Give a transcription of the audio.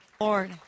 Lord